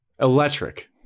Electric